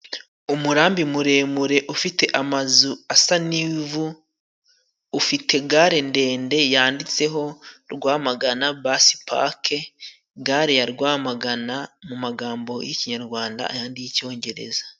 Umurambi muremure ufite amazu asa n'ivu, ufite gare ndende yanditseho Rwamagana basipake. Gare ya Rwamagana mu magambo y'ikinyarwanda, ayandi y'icyongereza.